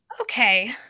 Okay